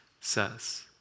says